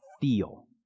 feel